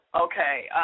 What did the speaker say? okay